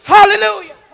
Hallelujah